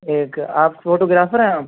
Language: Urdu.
ایک آپ فوٹوگرافر ہیں آپ